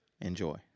Enjoy